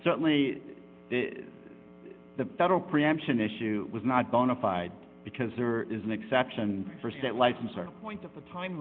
certainly the federal preemption issue was not bona fide because there is an exception for state license our point of the time